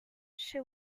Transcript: she